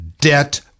Debt